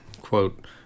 quote